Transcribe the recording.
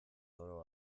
oro